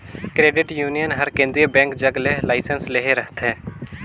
credit union हर केंद्रीय bank जग ले लाइसेंस लेहे रहथे